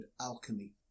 alchemy